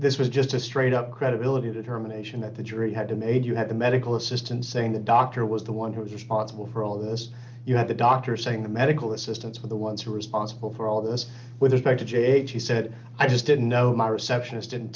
this was just a straight up credibility determination that the jury had to made you have the medical assistance saying the doctor was the one who was responsible for all this you have the doctor saying the medical assistance for the ones who are responsible for all this with respect to jade she said i just didn't know my receptionist didn't